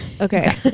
Okay